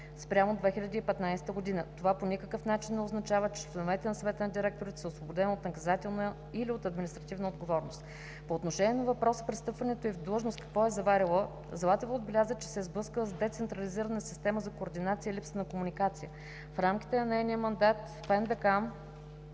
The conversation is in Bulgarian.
спрямо 2015 г. Това по никакъв начин не означава, че членовете на Съвета на директорите са освободени от наказателна или от административна отговорност. По отношение на въпроса при встъпването й в длъжност какво е заварила, госпожа Златева отбеляза, че се е сблъскала с децентрализирана система за координация и липса на комуникация. В рамките на нейния мандат в НДК